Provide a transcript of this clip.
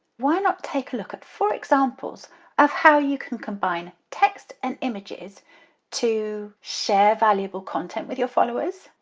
why not take a look at four examples of how you can combine text and images to share valuable content with your followers,